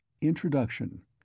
Introduction